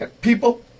People